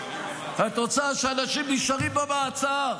התוצאה היא שאנשים נשארים במעצר,